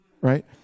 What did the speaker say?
right